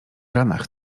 ranach